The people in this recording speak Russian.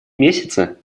месяца